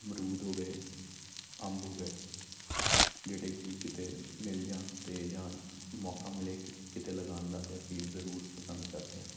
ਅਮਰੂਦ ਹੋ ਗਏ ਅੰਬ ਹੋ ਗਏ ਜਿਹੜੇ ਕਿ ਕਿਤੇ ਮਿਲ ਜਾਣ ਅਤੇ ਜਾਂ ਮੌਕਾ ਮਿਲੇ ਕਿਸ ਕਿਤੇ ਲਗਾਉਣ ਦਾ ਤਾਂ ਅਸੀਂ ਜ਼ਰੂਰ ਪਸੰਦ ਕਰਦੇ ਹਾਂ